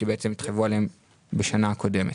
כי בעצם התחייבות עליהם בשנה קודמת.